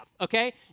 okay